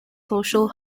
social